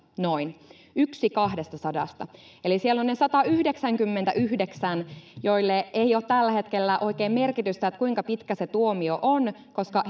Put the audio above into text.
yksi kahdestasadasta eli siellä ovat ne satayhdeksänkymmentäyhdeksän joille ei ole tällä hetkellä oikein merkitystä kuinka pitkä se tuomio on koska